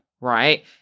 right